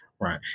Right